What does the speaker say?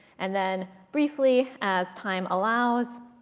and then, briefly, as time allows,